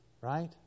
right